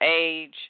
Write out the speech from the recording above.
age